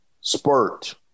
spurt